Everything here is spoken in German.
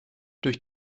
durch